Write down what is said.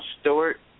Stewart